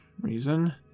reason